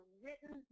written